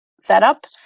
setup